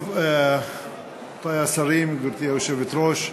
רבותי השרים, גברתי היושבת-ראש,